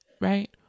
Right